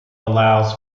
allows